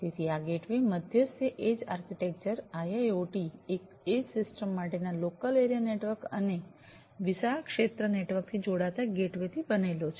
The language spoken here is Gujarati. તેથી આ ગેટવે મધ્યસ્થી edge architecture IIoT edge system માટેના લોકલ એરિયા નેટવર્ક અને વિશાળ ક્ષેત્ર નેટવર્કથી જોડાતા ગેટવેથી બનેલો છે